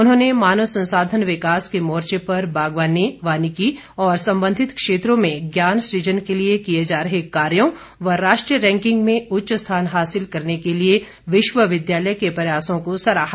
उन्होंने मानव संसाधन विकास के मोर्चे पर बागवानी वानिकी और संबंधित क्षेत्रों में ज्ञान सुजन के लिए किए जा रहे कार्यों व राष्ट्रीय रैंकिंग में उच्च स्थान हासिल करने के लिए विश्वविद्यालय के प्रयासों को सराहा